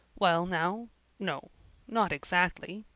well now no not exactly,